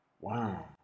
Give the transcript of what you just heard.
Wow